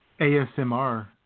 ASMR